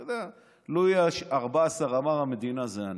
אתה יודע, לואי ה-14 אמר: "המדינה זה אני".